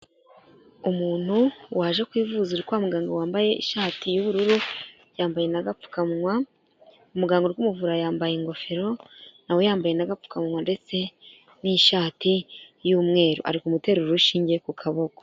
Umuntu waje kwivuza uri rwa muganga wambaye ishati y'ubururu yambaye n' agapfukawa umuganga uri kumuvura yambaye ingofero na we yambaye akapfukamunwa ndetse n'ishati y'umweru, ari kumuteru urushinge ku kaboko.